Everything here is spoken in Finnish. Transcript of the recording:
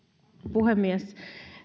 puhemies